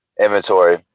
inventory